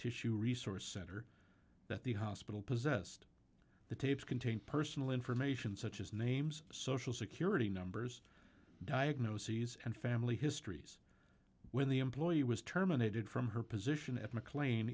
tissue resource center that the hospital possessed the tapes contain personal information such as names social security numbers diagnoses and family histories when the employee was terminated from her position at mclean